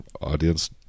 audience